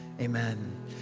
Amen